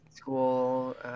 School